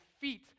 feet